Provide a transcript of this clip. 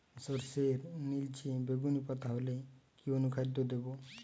সরর্ষের নিলচে বেগুনি পাতা হলে কি অনুখাদ্য দেবো?